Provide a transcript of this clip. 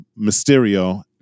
Mysterio